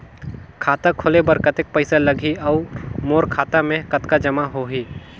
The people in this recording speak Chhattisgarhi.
खाता खोले बर कतेक पइसा लगही? अउ मोर खाता मे कतका जमा होही?